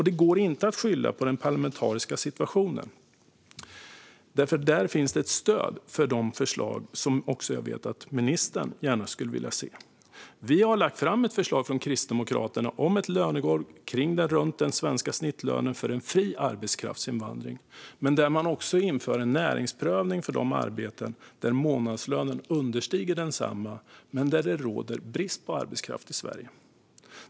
Det går inte att skylla på den parlamentariska situationen, för det finns ett stöd för de förslag som jag vet att också ministern gärna skulle vilja se. Vi har från Kristdemokraternas sida lagt fram ett förslag om ett lönegolv runt den svenska snittlönen för en fri arbetskraftsinvandring, tillsammans med en näringsprövning för de arbeten där månadslönen understiger densamma men det råder brist på arbetskraft i Sverige.